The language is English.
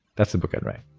that's the book i'd write.